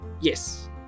yes